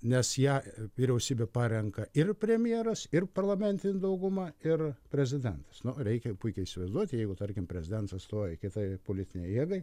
nes ją vyriausybę parenka ir premjeras ir parlamentinė dauguma ir prezidentas reikia puikiai įsivaizduot jeigu tarkim prezidents atstovauja kitai politinei jėgai